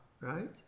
right